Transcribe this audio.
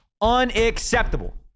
Unacceptable